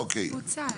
אוקיי.